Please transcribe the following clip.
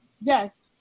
Yes